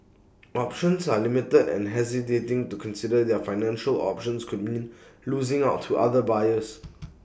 options are limited and hesitating to consider their financial options could mean losing out to other buyers